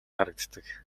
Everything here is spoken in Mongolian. харагддаг